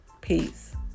Peace